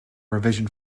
revision